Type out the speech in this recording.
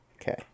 Okay